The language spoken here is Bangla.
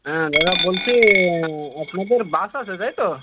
হ্যাঁ দাদা বলছি আপনাদের বাস আছে তাই তো